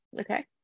Okay